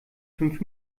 fünf